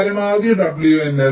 പരമാവധി WNS